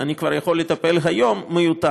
שאני כבר יכול לטפל בה היום מיותרים,